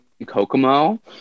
Kokomo